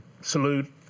Salute